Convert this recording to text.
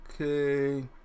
okay